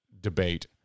debate